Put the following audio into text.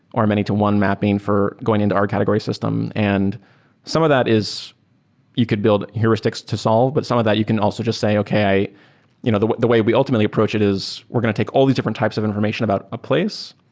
or many to one mapping for going into our category system. and some of that is you could build heuristics to solve, but some of that you can also just say, okay, you know i the way we ultimately approach it is we're going to take all these different types of information about a place.